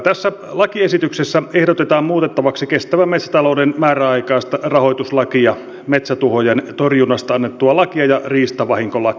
tässä lakiesityksessä ehdotetaan muutettavaksi kestävän metsätalouden määräaikaista rahoituslakia metsätuhojen torjunnasta annettua lakia ja riistavahinkolakia